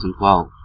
2012